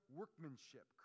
workmanship